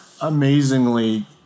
amazingly